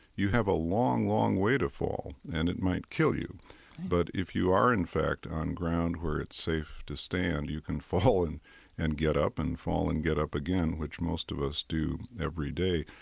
you have a long, long way to fall, and it might kill you right but if you are in fact on ground where it's safe to stand, you can fall and and get up and fall and get up again, which most of us do every day.